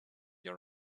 your